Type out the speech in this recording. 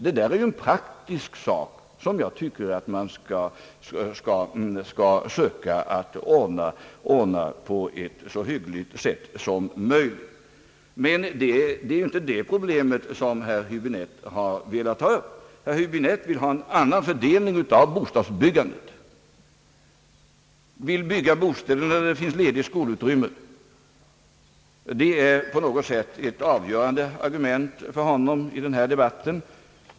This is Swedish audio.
Detta är en praktisk sak som jag tycker att man skall försöka ordna på ett så hyggligt sätt som möjligt. Men det är ju inte det problemet som herr Häbinette har velat ta upp. Herr Häöäbinette vill ha en annan fördelning av bostadsbyggandet, han vill att det skall byggas bostäder där det finns skolutrymmen «lediga. Detta tycks på något sätt vara ett avgörande argument för herr Häbinette i denna debatt.